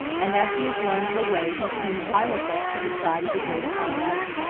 and as he has learned the way he soon pilots us to the side of the great colorado.